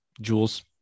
Jules